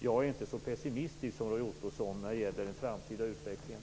Jag är inte så pessimistisk som Roy Ottosson när det gäller den framtida utvecklingen.